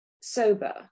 sober